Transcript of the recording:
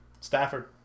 Stafford